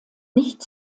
nicht